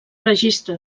registre